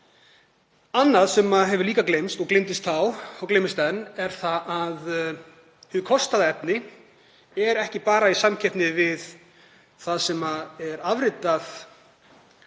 Annað sem hefur líka gleymst, gleymdist þá og gleymist enn, er að hið kostaða efni er ekki bara í samkeppni við það sem er afritað